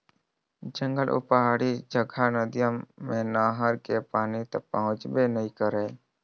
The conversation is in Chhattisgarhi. जंगल अउ पहाड़ी जघा नदिया मे नहर के पानी तो पहुंचबे नइ करय